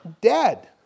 dead